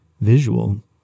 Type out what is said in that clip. visual